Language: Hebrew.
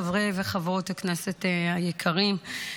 חברי וחברות הכנסת היקרים,